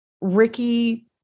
Ricky